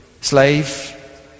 slave